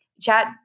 chat